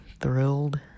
thrilled